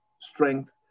strength